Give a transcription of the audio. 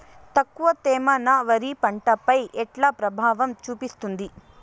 తక్కువ తేమ నా వరి పంట పై ఎట్లా ప్రభావం చూపిస్తుంది?